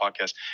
podcast